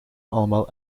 allemaal